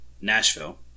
Nashville